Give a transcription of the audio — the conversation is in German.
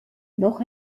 noch